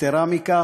יתרה מזו,